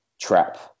trap